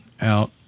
out